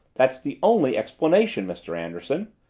that's the only explanation, mr. anderson,